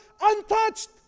untouched